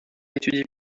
étudie